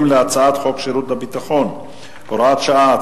שירות ביטחון (תיקון מס' 7 והוראת שעה)